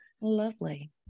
Lovely